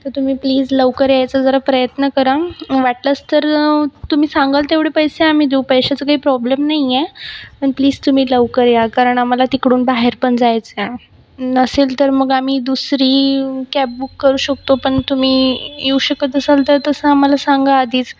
तर तुम्ही प्लीज लवकर यायचं जरा प्रयत्न करा वाटलंच तर तुम्ही सांगाल तेवढे पैसे आम्ही देऊ पैशाचा काही प्रॉब्लेम नाहीये पण प्लीज तुम्ही लवकर या कारण आम्हाला तिकडून बाहेर पण जायचंय नसेल तर आम्ही दुसरी कॅब बुक करू शकतो पण तुम्ही येऊ शकत असाल तर तसं आम्हाला सांगा आधीच